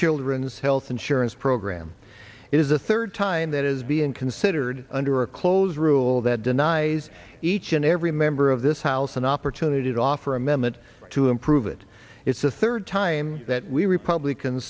children's health insurance program is a third time that is being considered under a close rule that denies each and every member of this house an opportunity to offer amendment to improve it it's the third time that we republicans